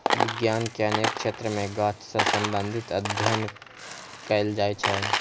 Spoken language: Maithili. विज्ञान के अनेक क्षेत्र मे गाछ सं संबंधित अध्ययन कैल जाइ छै